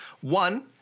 One